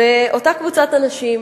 אותה קבוצת אנשים,